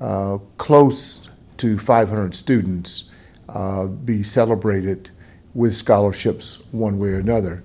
had close to five hundred students be celebrated with scholarships one way or another